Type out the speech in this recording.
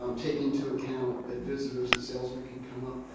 um taking into account that visitors and salesmen can come up